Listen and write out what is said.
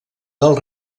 del